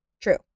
true